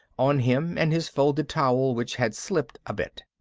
on him and his folded towel, which had slipped a bit.